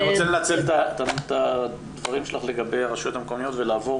רוצה לנצל את הדברים שלך לגבי הרשויות המקומיות ולעבור